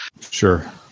Sure